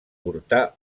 portà